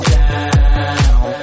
down